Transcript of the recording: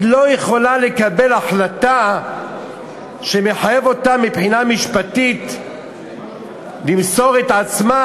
היא לא יכולה לקבל החלטה שמחייבת אותה מבחינה משפטית למסור את עצמה,